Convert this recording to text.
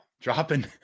dropping